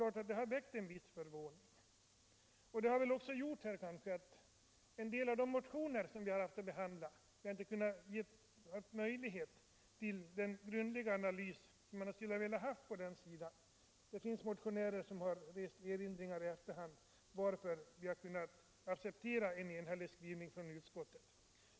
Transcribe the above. Arbetsbelastningen har väl också gjort att en del av de motioner som utskottet haft att behandla inte helt har blivit föremål för den grundliga analys som varit önskvärd. Det finns motionärer som rest erinringar i efterhand och frågat hur vi kunnat acceptera en enhällig skrivning från utskottet.